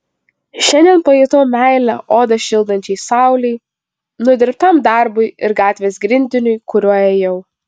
šiandien pajutau meilę odą šildančiai saulei nudirbtam darbui ir gatvės grindiniui kuriuo ėjau